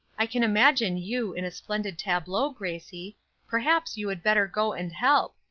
i can imagine you in a splendid tableau, gracie perhaps you would better go and help.